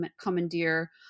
commandeer